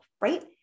right